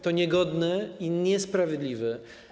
To niegodne i niesprawiedliwe.